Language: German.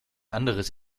anderes